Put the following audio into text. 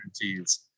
guarantees